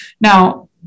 Now